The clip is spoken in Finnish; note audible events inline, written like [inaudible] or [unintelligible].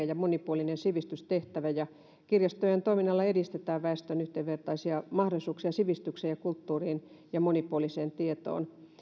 [unintelligible] ja monipuolinen sivistystehtävä ja kirjastojen toiminnalla edistetään väestön yhdenvertaisia mahdollisuuksia sivistykseen kulttuuriin ja monipuoliseen tietoon